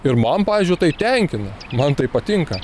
ir man pavyzdžiui tai tenkina man tai patinka